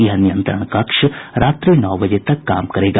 यह नियंत्रण कक्ष रात्रि नौ बजे तक काम करेगा